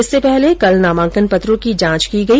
इससे पहले कल नामांकन पत्रों की जांच की गई